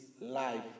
life